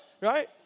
Right